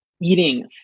eating